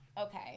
okay